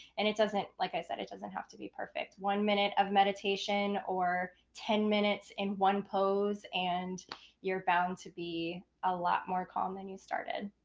and it doesn't like i said, it doesn't have to be perfect. one minute of meditation or ten minutes in one pose, and you're bound to be a lot more calm than you started.